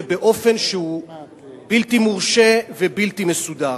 ובאופן שהוא בלתי מורשה ובלתי מסודר.